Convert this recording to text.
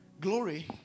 glory